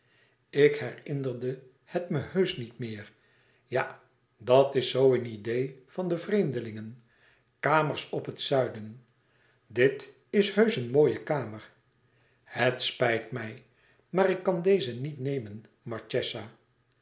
ik herinnerde het me heusch niet meer ja dat is zoo een idee van de vreemdelingen kamers op het zuiden dit is heusch een mooie kamer het spijt mij maar ik kan deze niet nemen